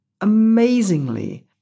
amazingly